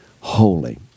Holy